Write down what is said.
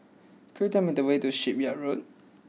could you tell me the way to Shipyard Road